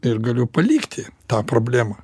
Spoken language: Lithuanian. ir galiu palikti tą problemą